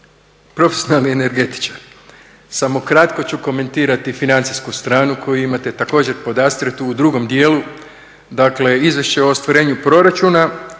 profesionalni energetičar, samo kratko ću komentirati financijsku stranu koju imate također podastrijetu u drugom dijelu. Dakle, izvješće o ostvarenju proračuna